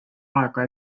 aega